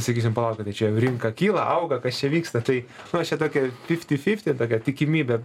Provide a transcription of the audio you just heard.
sakysim palaukit tai čia jau rinka kyla auga kas čia vyksta tai nu aš čia tokią fifti fifti tokią tikimybę